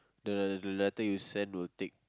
the the letter your send will take